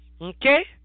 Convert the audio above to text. Okay